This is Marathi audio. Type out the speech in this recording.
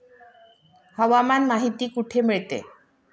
हवामान माहिती कुठे मिळते?